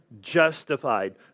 justified